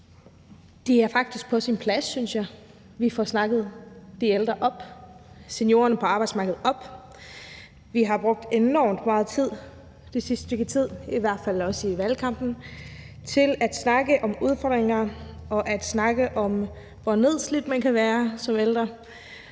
Det er faktisk på sin plads, synes jeg, at vi få snakket de ældre op og får snakket seniorerne på arbejdsmarkedet op. Vi har brugt enormt meget tid i løbet af det sidste stykke tid, i hvert fald også i valgkampen, på at snakke om udfordringer og snakke om, hvor nedslidt man kan være som ældre.